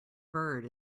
bird